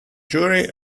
jury